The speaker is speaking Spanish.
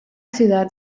ciudad